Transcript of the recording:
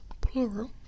plural